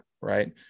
right